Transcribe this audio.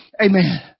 Amen